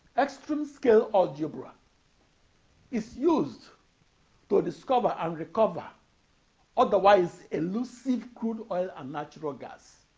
extreme-scale algebra is used to discover and recover otherwise elusive crude oil and natural gas.